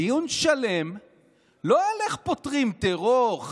דיון שלם לא על איך פותרים טרור,